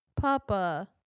Papa